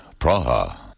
Praha